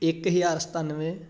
ਇੱਕ ਹਜ਼ਾਰ ਸਤਾਨਵੇਂ